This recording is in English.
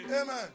Amen